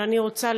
אבל אני רוצה,